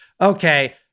okay